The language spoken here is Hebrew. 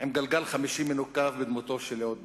עם גלגל חמישי מנוקב בדמותו של אהוד ברק.